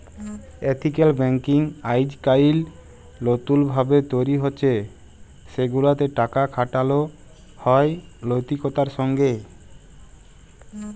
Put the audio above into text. ethical banking আইজকাইল লতুল ভাবে তৈরি হছে সেগুলাতে টাকা খাটালো হয় লৈতিকতার সঙ্গে